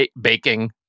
Baking